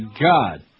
God